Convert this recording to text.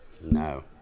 no